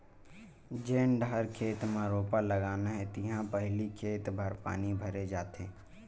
जेन डहर खेत म रोपा लगाना हे तिहा पहिली खेत भर पानी भरे जाथे